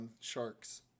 sharks